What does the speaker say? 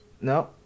No